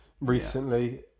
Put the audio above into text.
recently